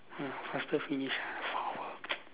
mm faster finish ah four hour